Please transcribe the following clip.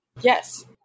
Yes